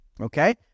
okay